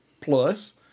plus